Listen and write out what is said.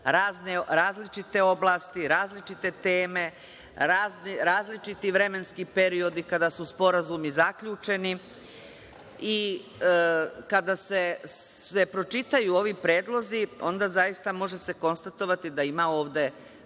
različite oblasti, različite teme, različiti vremenski periodi kada su sporazumi zaključeni. Kada se pročitaju ovi predlozi, onda se zaista može konstatovati da ovde